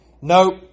nope